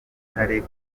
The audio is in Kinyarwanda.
butare